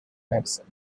medicine